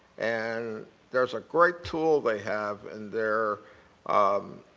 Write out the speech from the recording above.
and there's a great tool they have in their um